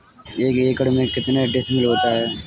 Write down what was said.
एक एकड़ में कितने डिसमिल होता है?